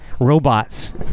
Robots